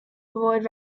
avoid